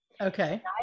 okay